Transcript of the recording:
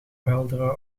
ophelderen